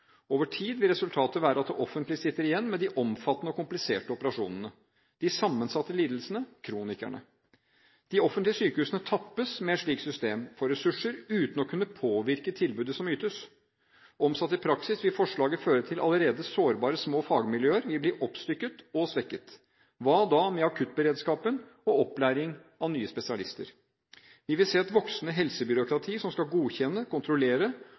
Over tid vil resultatet være at det offentlige sitter igjen med de omfattende og kompliserte operasjonene og de sammensatte lidelsene – kronikerne. De offentlige sykehusene tappes med et slikt system for ressurser, uten å kunne påvirke tilbudet som ytes. Omsatt i praksis vil forslaget føre til at allerede sårbare små fagmiljøer vil bli oppstykket og svekket. Hva da med akuttberedskapen og opplæringen av nye spesialister? Vi vil se et voksende helsebyråkrati som skal godkjenne, kontrollere